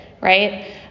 right